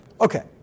Okay